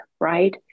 right